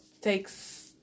takes